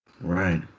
Right